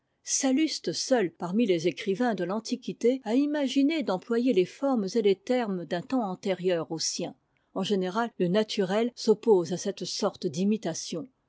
l'affectation salluste seul parmi les écrivains de l'antiquité a imaginé d'employer les formes et les termes d'un temps antérieur au sien en général le naturel s'oppose à cette sorte d'imitation